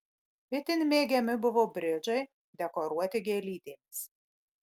itin mėgiami buvo bridžai dekoruoti gėlytėmis